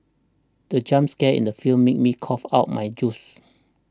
the jump scare in the film made me cough out my juice